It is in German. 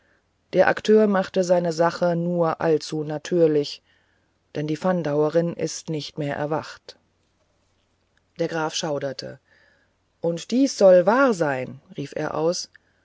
der akteur machte seine sache nur allzu natürlich denn die fandauerin ist nicht mehr erwacht der graf schauderte und dies soll wahr sein rief er aus